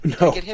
No